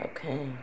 Okay